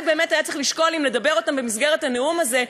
באמת היה צריך לשקול אם לדבר אותם במסגרת הנאום הזה,